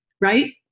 right